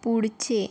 पुढचे